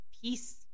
peace